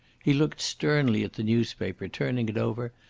he looked sternly at the newspaper, turning it over,